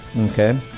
Okay